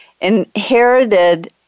inherited